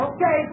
Okay